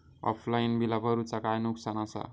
Offline बिला भरूचा काय नुकसान आसा?